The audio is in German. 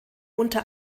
unter